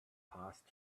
passed